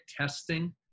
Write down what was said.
testing